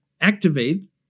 activate